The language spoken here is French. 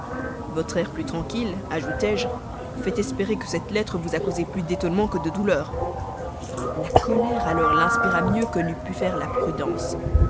votre air plus tranquille ajoutai-je fait espérer que cette lettre vous a causé plus d'étonnement que de douleur la colère alors l'inspira mieux que n'eût pu faire la prudence